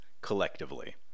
collectively